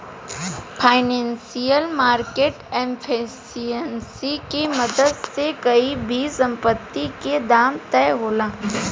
financial market efficiency के मदद से कोई भी संपत्ति के दाम तय होला